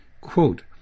Quote